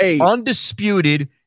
undisputed